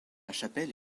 chapelle